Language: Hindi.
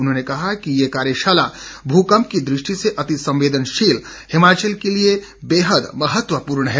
उन्होंने कहा कि ये कार्यशाला भूंकप की दृष्टि से अति संवेदनशील हिमाचल के लिए बेहद महत्वपूर्ण है